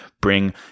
bring